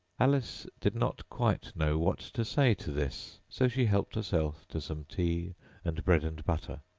alice did not quite know what to say to this so she helped herself to some tea and bread-and-butter,